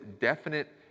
definite